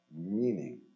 meaning